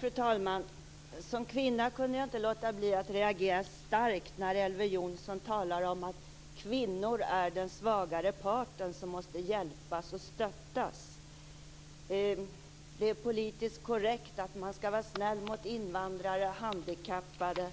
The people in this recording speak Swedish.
Fru talman! Som kvinna kunde jag inte låta bli att reagera starkt när Elver Jonsson talade om att kvinnor är den svagare parten som måste hjälpas och stöttas. Det är politiskt korrekt att man skall vara snäll mot invandrare, handikappade